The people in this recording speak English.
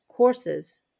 courses